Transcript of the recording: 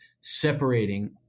separating